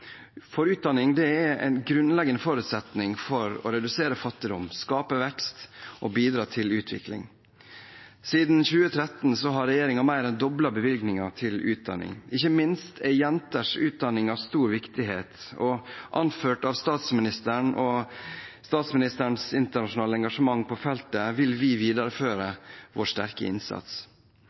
Utdanning er en grunnleggende forutsetning for å redusere fattigdom, skape vekst og bidra til utvikling. Siden 2013 har regjeringen mer enn doblet bevilgningene til utdanning. Ikke minst er jenters utdanning av stor viktighet, og anført av statsministeren og hennes internasjonale engasjement på feltet vil vi videreføre vår sterke innsats.